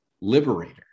liberator